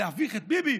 להביך את ביבי?